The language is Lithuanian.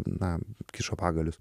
na kišo pagalius